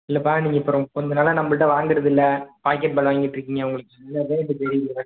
இல்லைப்பா நீங்கள் இப்போ ரொ கொஞ்ச நாளாக நம்மள்ட்ட வாங்கிறதில்ல பாக்கெட் பால் வாங்கிட்டிருக்கீங்க உங்களுக்கு என்ன ரேட்டுனு தெரியல